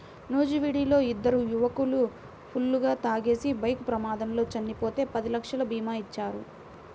నూజివీడులో ఇద్దరు యువకులు ఫుల్లుగా తాగేసి బైక్ ప్రమాదంలో చనిపోతే పది లక్షల భీమా ఇచ్చారు